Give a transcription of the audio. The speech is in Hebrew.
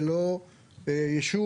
ולא סמל,